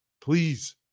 please